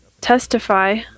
testify